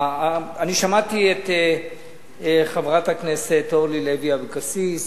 אני שמעתי את חברת הכנסת אורלי לוי אבקסיס,